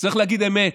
צריך להגיד אמת: